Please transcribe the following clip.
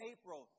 April